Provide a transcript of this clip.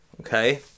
Okay